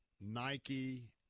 Nike